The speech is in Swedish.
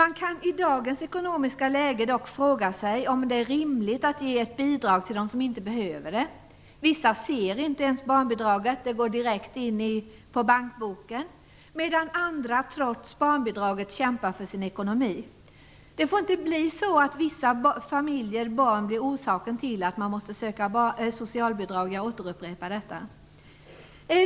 Man kan i dagens ekonomiska läge dock fråga sig om det är rimligt att ge ett bidrag till dem som inte behöver det. Vissa ser inte ens barnbidraget. Det går direkt in på bankboken, medan andra, trots barnbidraget, kämpar för sin ekonomi. Barn får för vissa familjer inte bli en orsak till att de måste söka socialbidrag. Jag återupprepar detta.